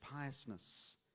piousness